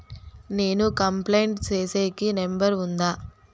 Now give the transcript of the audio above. నేను కంప్లైంట్ సేసేకి నెంబర్ ఉందా?